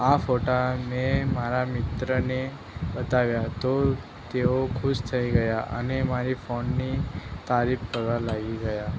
આ ફોટા મેં મારા મિત્રને બતાવ્યા તો તેઓ ખુશ થઇ ગયા અને મારી ફોનની તારીફ કરવા લાગી ગયા